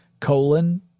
Colon